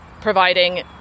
providing